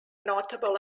notable